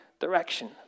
direction